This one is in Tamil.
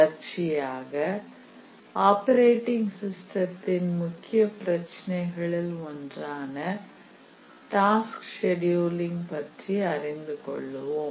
தொடர்ச்சியாக ஆப்பரேட்டிங் சிஸ்டத்தின் முக்கிய பிரச்சினைகளில் ஒன்றான டாஸ்க் செடியூலிங் பற்றி அறிந்து கொள்வோம்